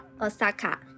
Osaka